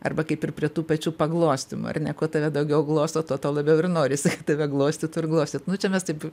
arba kaip ir prie tų pačių paglostymų ar ne kuo tave daugiau glosto tau labiau ir norisi tave glostytų ir glostyt nu čia mes taip